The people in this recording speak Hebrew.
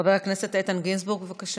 חבר הכנסת איתן גינזבורג, בבקשה.